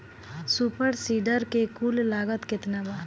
Super seeder के कुल लागत केतना बा?